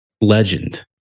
legend